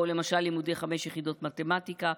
או למשל לימודי חמש יחידות מתמטיקה?